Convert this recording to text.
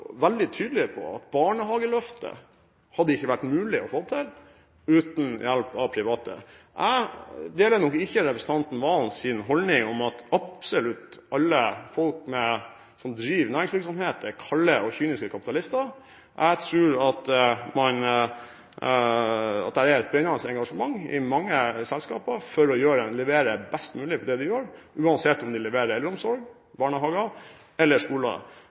veldig tydelig på at barnehageløftet ikke hadde vært mulig å få til uten hjelp av private. Jeg deler nok ikke representanten Serigstad Valens holdning om at absolutt alle folk som driver næringsvirksomhet, er kalde og kyniske kapitalister. Jeg tror det er et brennende engasjement i mange selskaper for å levere best mulig på det de gjør, uansett om de leverer eldreomsorg, barnehager eller skoler.